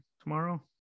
tomorrow